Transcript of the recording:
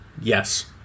Yes